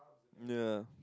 ya